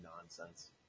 nonsense